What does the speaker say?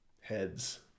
Heads